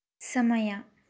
ಸಮಯ